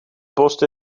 post